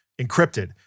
encrypted